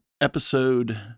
episode